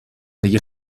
دیگه